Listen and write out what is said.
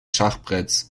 schachbretts